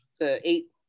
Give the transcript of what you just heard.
eight